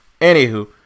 Anywho